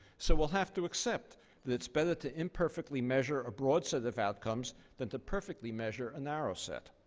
so we'll have to accept that it's better to imperfectly measure a broad set of outcomes than to perfectly measure a narrow set.